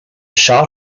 shot